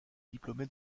diplômé